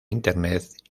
internet